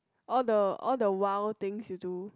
all the all the wild things you do